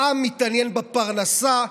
העם מתעניין בפרנסה,